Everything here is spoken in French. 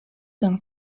d’un